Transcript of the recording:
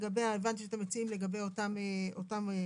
הבנתי שאתם מציעים לגבי אותם עצמאים,